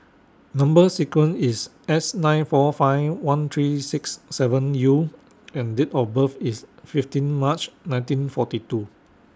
Number sequence IS S nine four five one three six seven U and Date of birth IS fifteen March nineteen forty two